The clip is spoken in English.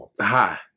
hi